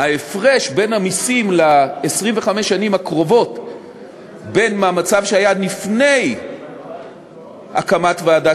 ההפרש במסים ל-25 השנים הקרובות בין המצב שהיה לפני הקמת ועדת